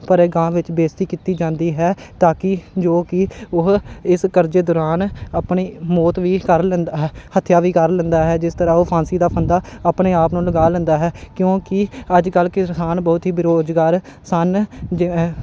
ਭਰੇ ਗਾਂਓ ਵਿੱਚ ਬੇਇੱਜ਼ਤੀ ਕੀਤੀ ਜਾਂਦੀ ਹੈ ਤਾਂ ਕਿ ਜੋ ਕਿ ਉਹ ਇਸ ਕਰਜ਼ੇ ਦੌਰਾਨ ਆਪਣੀ ਮੌਤ ਵੀ ਕਰ ਲੈਂਦਾ ਹੈ ਹੱਤਿਆ ਵੀ ਕਰ ਲੈਂਦਾ ਹੈ ਜਿਸ ਤਰ੍ਹਾਂ ਉਹ ਫਾਂਸੀ ਦਾ ਫੰਦਾ ਆਪਣੇ ਆਪ ਨੂੰ ਲਗਾ ਲੈਂਦਾ ਹੈ ਕਿਉਂਕਿ ਅੱਜ ਕੱਲ੍ਹ ਕਿਸਾਨ ਬਹੁਤ ਹੀ ਬੇਰੁਜ਼ਗਾਰ ਸਨ ਜਿ